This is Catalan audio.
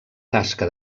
tasca